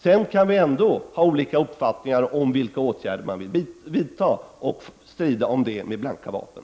Sedan kan vi ändå ha olika uppfattningar om vilka åtgärder man vill vidta och strida om det med blanka vapen.